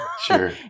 Sure